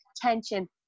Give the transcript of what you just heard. tension